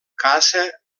caça